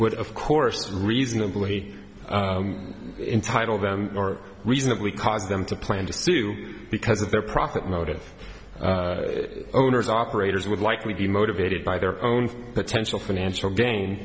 would of course reasonably entitle them or reasonably cause them to plan to sue because of their profit motive owners operators would likely be motivated by their own potential financial gain